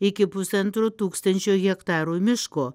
iki pusantro tūkstančio hektarų miško